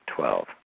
Twelve